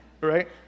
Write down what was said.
Right